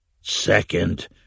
Second